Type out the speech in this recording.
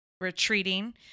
retreating